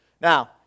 Now